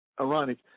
ironic